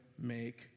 make